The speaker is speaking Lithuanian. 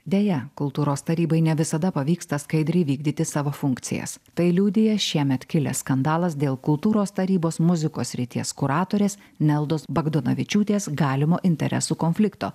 deja kultūros tarybai ne visada pavyksta skaidriai vykdyti savo funkcijas tai liudija šiemet kilęs skandalas dėl kultūros tarybos muzikos srities kuratorės neldos bagdonavičiūtės galimo interesų konflikto